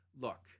look